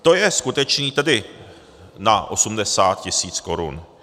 To je skutečný... tedy na 80 tisíc korun.